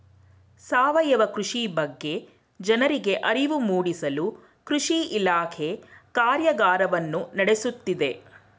ಸಾವಯವ ಕೃಷಿ ಬಗ್ಗೆ ಜನರಿಗೆ ಅರಿವು ಮೂಡಿಸಲು ಕೃಷಿ ಇಲಾಖೆ ಕಾರ್ಯಗಾರವನ್ನು ನಡೆಸುತ್ತಿದೆ